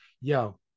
Yo